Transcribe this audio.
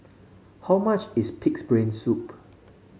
how much is pig's brain soup